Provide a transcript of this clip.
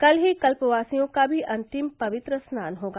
कल ही कल्पवासियों का भी अंतिम पवित्र स्नान होगा